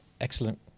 excellent